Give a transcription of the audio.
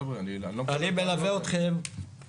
חבר'ה, אני לא מקבל את האמירות האלה.